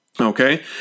okay